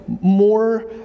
more